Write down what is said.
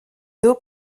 dos